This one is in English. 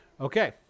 Okay